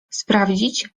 sprawdzić